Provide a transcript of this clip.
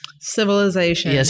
Civilization